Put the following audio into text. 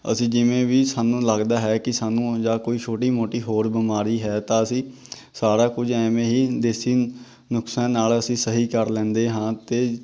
ਅਸੀਂ ਜਿਵੇਂ ਵੀ ਸਾਨੂੰ ਲੱਗਦਾ ਹੈ ਕਿ ਸਾਨੂੰ ਜਾਂ ਕੋਈ ਛੋਟੀ ਮੋਟੀ ਹੋਰ ਬਿਮਾਰੀ ਹੈ ਤਾਂ ਅਸੀਂ ਸਾਰਾ ਕੁਝ ਐਵੇਂ ਹੀ ਦੇਸੀ ਨੁਸਖਿਆਂ ਨਾਲ ਅਸੀਂ ਸਹੀ ਕਰ ਲੈਂਦੇ ਹਾਂ ਅਤੇ